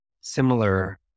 Similar